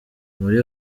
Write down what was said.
muri